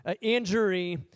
injury